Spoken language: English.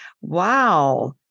wow